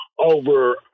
over